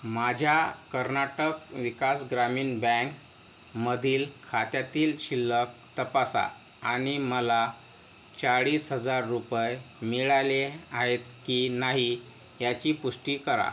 माझ्या कर्नाटक विकास ग्रामीण बँकमधील खात्यातील शिल्लक तपासा आणि मला चाळीस हजार रुपये मिळाले आहेत की नाही याची पुष्टी करा